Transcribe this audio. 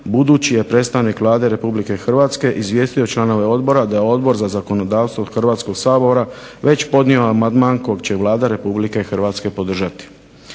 budući je predstavnik Vlade RH izvijestio članove odbora da je Odbor za zakonodavstvo Hrvatskog sabora već podnio amandman kog će Vlada Republike Hrvatske podržati.